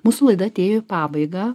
mūsų laida atėjo į pabaigą